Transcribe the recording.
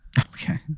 Okay